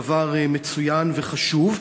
דבר מצוין וחשוב,